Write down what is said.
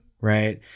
right